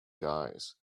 guys